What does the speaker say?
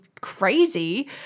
crazy